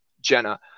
Jenna